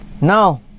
now